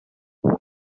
les